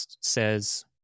says